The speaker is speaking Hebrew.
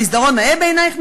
המסדרון נאה בעינייך?